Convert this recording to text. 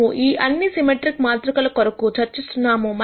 మనము ఈ అన్ని సిమెట్రిక్ మాతృకల కొరకు చర్చిస్తున్నాము